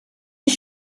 歧视